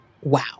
Wow